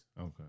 Okay